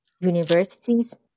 universities